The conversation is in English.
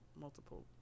multiple